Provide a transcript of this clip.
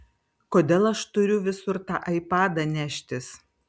kodėl aš turiu visur tą aipadą neštis